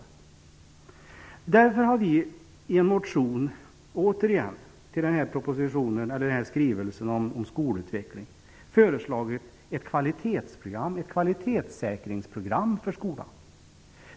Vi i Vänsterpartiet har därför återigen i en motion med anledning av denna skrivelse om skolutveckligen föreslagit ett kvalitetssäkringsprogram för skolan.